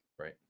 Right